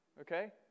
Okay